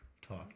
Talk